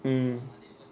mm